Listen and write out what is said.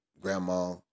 Grandma